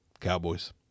Cowboys